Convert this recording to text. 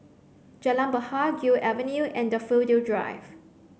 Jalan Bahar Gul Avenue and Daffodil Drive